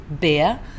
beer